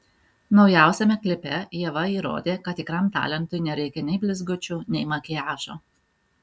naujausiame klipe ieva įrodė kad tikram talentui nereikia nei blizgučių nei makiažo